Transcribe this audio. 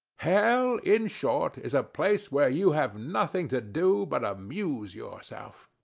hell, in short, is a place where you have nothing to do but amuse yourself.